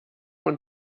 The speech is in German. und